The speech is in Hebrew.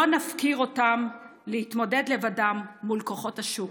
לא נפקיר אותם להתמודד לבדם מול כוחות השוק.